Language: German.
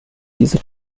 diese